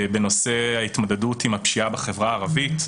בנושא ההתמודדות עם הפשיעה בחברה הערבית,